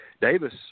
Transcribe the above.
Davis